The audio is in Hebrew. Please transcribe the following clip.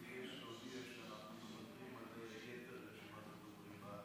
אני מבקש להודיע שאנחנו מוותרים על יתר רשימת הדוברים,